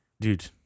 dude